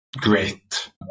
great